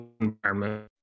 environment